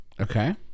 okay